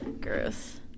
Gross